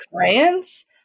clients